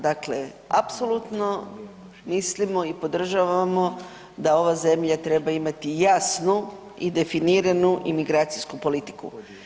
Dakle, apsolutno mislimo i podržavamo da ova zemlja treba imati jasnu i definiranu imigracijsku politiku.